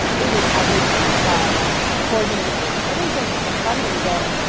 they do everything from coordinating the installations to fund raising.